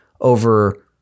over